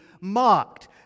mocked